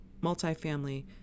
multifamily